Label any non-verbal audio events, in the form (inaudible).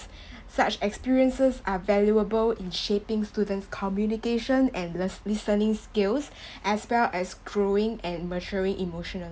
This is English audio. (breath) such experiences are valuable in shaping students' communication and les~ listening skills as well as growing and maturing emotional~